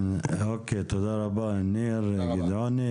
כן, אוקיי, תודה רבה ניר גדעוני.